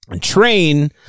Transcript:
train